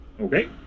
Okay